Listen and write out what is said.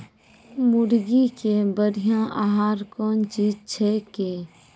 मुर्गी के बढ़िया आहार कौन चीज छै के?